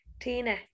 Tina